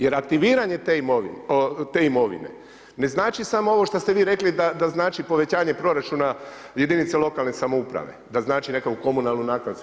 Jer aktiviranje te imovine ne znači samo ovo što ste vi rekli da znači povećanje proračuna jedinice lokalne samouprave, da znači neku komunalnu naknadu i sve.